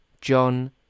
John